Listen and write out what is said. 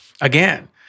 Again